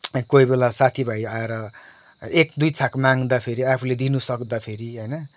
कोही बेला साथीभाइ आएर एक दुई छाक माग्दाखेरि आफूले दिनु सक्दाखेरि होइन